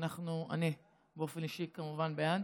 אני באופן אישי כמובן בעד.